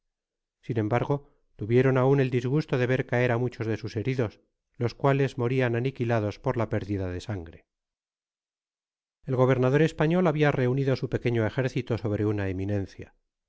sin embargo tuvieron aun el disgusto de ver caer á muchos de sus heridos los cuales morian aniquilados por la pérdida de sangre e gobernador español habia reunido su pequeño ejército sobre una eminencia